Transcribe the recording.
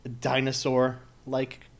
dinosaur-like